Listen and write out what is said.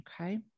Okay